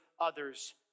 others